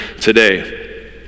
today